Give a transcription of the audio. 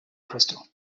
crystal